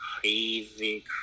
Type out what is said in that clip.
crazy